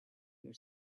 your